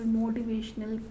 motivational